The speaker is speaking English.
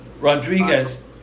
Rodriguez